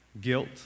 Guilt